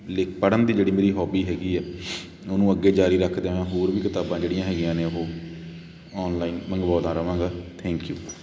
ਲਿ ਪੜ੍ਹਨ ਦੀ ਜਿਹੜੀ ਮੇਰੀ ਹੋਬੀ ਹੈਗੀ ਹੈ ਉਹਨੂੰ ਅੱਗੇ ਜ਼ਾਰੀ ਰੱਖਦਿਆਂ ਹੋਰ ਵੀ ਕਿਤਾਬਾਂ ਜਿਹੜੀਆਂ ਹੈਗੀਆਂ ਨੇ ਉਹ ਔਨਲਾਈਨ ਮੰਗਵਾਉਂਦਾ ਰਹਾਂਗਾ ਥੈਂਕ ਯੂ